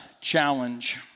challenge